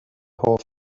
hoff